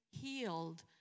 healed